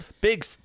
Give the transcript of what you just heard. big